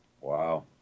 Wow